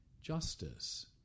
justice